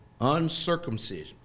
Uncircumcision